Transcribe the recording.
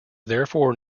therefore